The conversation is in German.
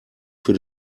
für